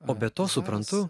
o be to suprantu